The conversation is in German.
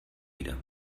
wieder